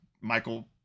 Michael